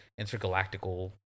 intergalactical